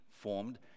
formed